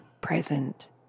present